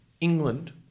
England